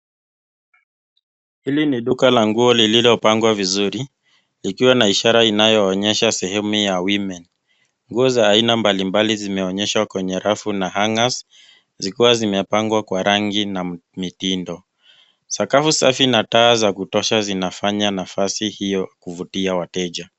Hili ni duka la nguo lililopangwa vizuri. Likiwa na ishara inayoonyesha sehemu ya (cs)women(cs). Nguo za aina mbalimbali zimeonyeshwa kwenye rafu na (cs)hangers(cs). Zikiwa zimepangwa kwa rangi na mtindo. Sakafu safi na taa za kutosha zinafanya nafasi hiyo kuvutia wateja.